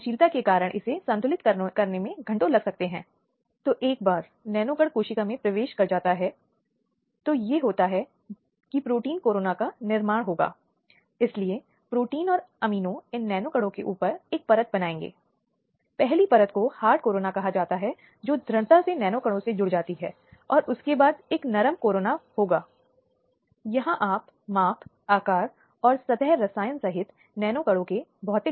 इसलिए यह एक बहुत ही स्वागतयोग्य और सकारात्मक कदम है बाल यौन शोषण के मुद्दों की देखभाल करने के लिए ऐसे दुरुपयोग की अनिवार्य रिपोर्टिंग की जिम्मेदारी सभी देखभाल करने वाले और प्रदाताओं पर दी गई है चाहे इसमें माता पिता या शायद डॉक्टर या स्कूल भी शामिल हों जहां एक बच्चा शिक्षा के लिए जाता है